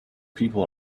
people